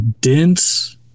dense